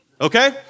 Okay